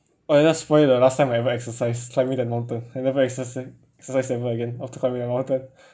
!oi! don't spoil the last time I ever exercise climbing that mountain I never exercis~ exercise ever again after climbing that mountain